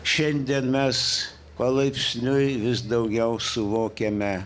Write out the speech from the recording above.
šiandien mes palaipsniui vis daugiau suvokiame